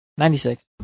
96